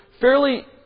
fairly